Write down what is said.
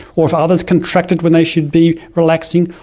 or if others contracted when they should be relaxing,